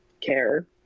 care